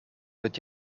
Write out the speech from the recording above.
peut